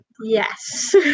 Yes